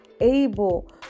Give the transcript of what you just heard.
able